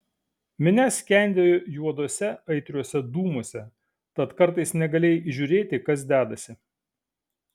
minia skendėjo juoduose aitriuose dūmuose tad kartais negalėjai įžiūrėti kas dedasi